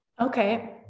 okay